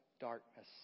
darkness